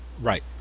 right